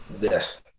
Yes